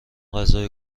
غذای